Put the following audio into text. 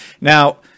now